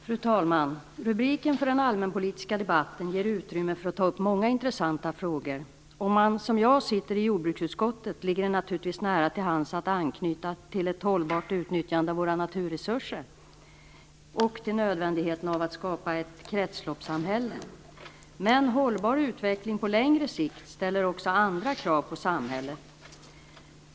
Fru talman! Rubriken för den allmänpolitiska debatten ger utrymme för att ta upp många intressanta frågor. Om man som jag sitter i jordbruksutskottet ligger det naturligtvis nära till hands att anknyta till ett hållbart utnyttjande av våra naturresurser och till nödvändigheten av att skapa ett kretsloppssamhälle. Men en hållbar utveckling på längre sikt ställer också andra krav på samhället.